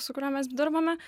su kuriuo mes dirbame